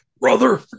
brother